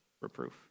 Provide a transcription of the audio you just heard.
reproof